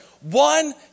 One